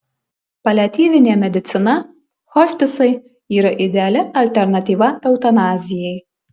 paliatyvinė medicina hospisai yra ideali alternatyva eutanazijai